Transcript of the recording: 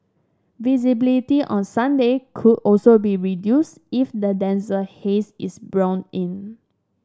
visibility on Sunday could also be reduced if the denser haze is blown in